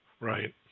Right